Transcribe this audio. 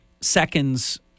seconds